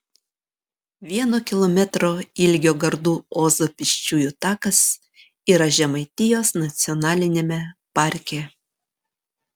vieno kilometro ilgio gardų ozo pėsčiųjų takas yra žemaitijos nacionaliniame parke